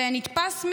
זה נתפס,